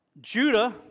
Judah